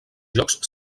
jocs